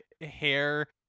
hair